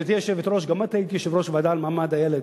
גברתי היושבת-ראש: גם את היית יושבת-ראש הוועדה למעמד הילד,